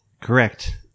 Correct